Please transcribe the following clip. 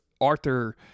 Arthur